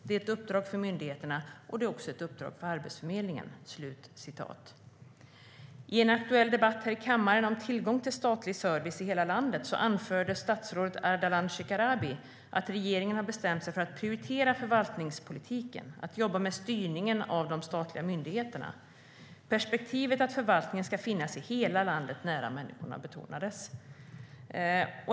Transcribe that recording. Det är ett uppdrag för myndigheterna, och det är också ett uppdrag för Arbetsförmedlingen." I en aktuell debatt här i kammaren om tillgång till statlig service i hela landet anförde statsrådet Ardalan Shekarabi att regeringen har bestämt sig för att prioritera förvaltningspolitiken, för att jobba med styrningen av de statliga myndigheterna. Perspektivet att förvaltningen ska finnas i hela landet, nära människorna, betonades.